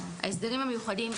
ההסדרים המיוחדים,